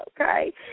okay